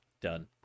done